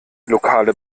lokale